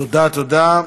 תודה, תודה.